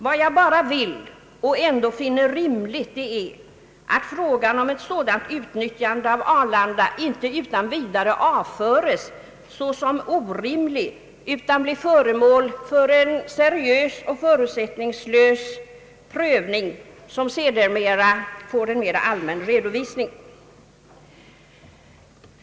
Vad jag önskar och även finner rimligt är att frågan om ett sådant utnyttjande av Arlanda inte utan vidare avföres såsom orimlig utan blir föremål för en seriös och förutsättningslös prövning som sedermera får en mera allmän redovisning.